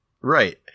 Right